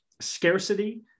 scarcity